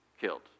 killed